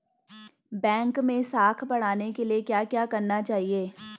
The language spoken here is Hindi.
बैंक मैं साख बढ़ाने के लिए क्या क्या करना चाहिए?